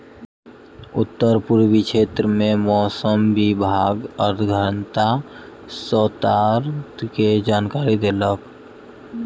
उत्तर पूर्वी क्षेत्र में मौसम विभाग आर्द्रता स्तर के जानकारी देलक